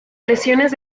presiones